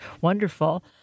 wonderful